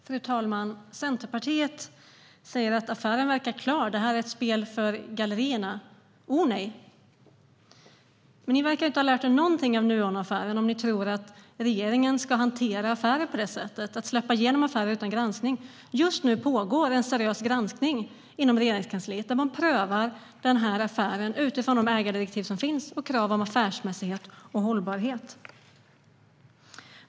Fru talman! Centerpartiet säger att affären verkar klar och att detta är ett spel för gallerierna. Oh nej! Ni verkar inte ha lärt er av Nuonaffären om ni tror att regeringen ska hantera affärer på det sättet - släppa igenom affärer utan granskning. Just nu pågår en seriös granskning inom Regeringskansliet, där man prövar affären utifrån de ägardirektiv och krav på affärsmässighet och hållbarhet som finns.